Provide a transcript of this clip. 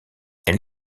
elle